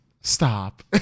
Stop